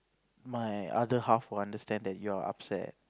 my other half will understand that you're upset